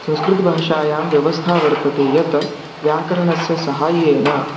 संस्कृतभाषायां व्यवस्था वर्तते यत् व्याकरणस्य सहायेन